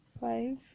five